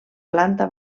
planta